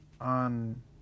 on